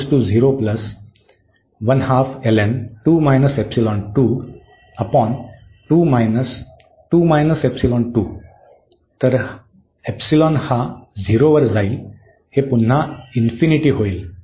तर हा 0 वर जाईल हे पुन्हा होईल